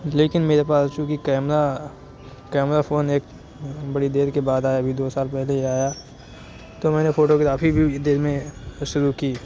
لیکن میرے پاس چونکہ کیمرہ کیمرہ فون ایک بڑی دیر کے بعد آیا ابھی دو سال پہلے ہی آیا تو میں نے فوٹوگرافی بھی دیر میں شروع کی